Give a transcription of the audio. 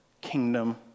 kingdom